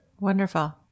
Wonderful